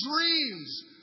dreams